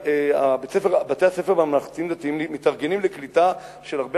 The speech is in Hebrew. בתי-הספר הממלכתיים-דתיים מתארגנים לקליטה של הרבה